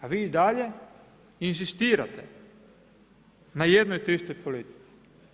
A vi i dalje inzistirate na jednoj te istoj politici.